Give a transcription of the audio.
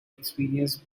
experienced